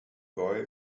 boy